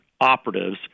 operatives